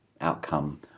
outcome